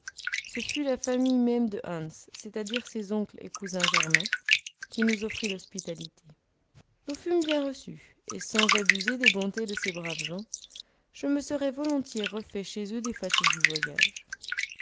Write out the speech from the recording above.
ce fut la famille même de hans c'est-à-dire ses oncles et cousins germains qui nous offrit l'hospitalité nous fûmes bien reçus et sans abuser des bontés de ces braves gens je me serais volontiers refait chez eux des fatigues du voyage